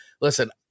listen